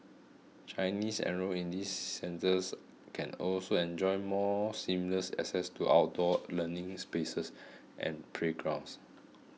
Chinese enrolled in these centres can also enjoy more seamless access to outdoor learning spaces and playgrounds